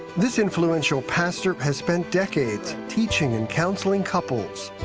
this influential pastor has spent decades teaching and counselling couples.